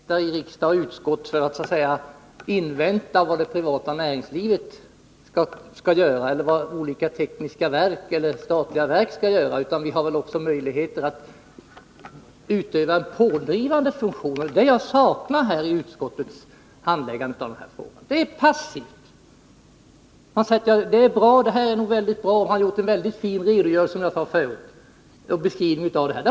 Herr talman! Vi sitter väl inte här i riksdag och utskott bara för att så att säga invänta vad det privata näringslivet skall göra eller vad olika statliga verk skall göra. Vi har väl också möjligheter att utöva en pådrivande funktion — och det är det jag saknar i utskottets handläggande av dessa frågor. Det är passivt. Man säger att det här är nog bra, det har gjorts en mycket fin redogörelse och beskrivning.